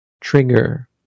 trigger